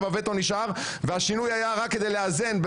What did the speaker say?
הווטו נשאר והשינוי היה רק כדי לאזן,